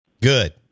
Good